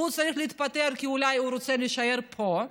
והוא צריך להתפטר כי אולי הוא רוצה להישאר פה,